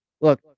Look